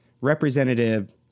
Representative